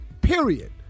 period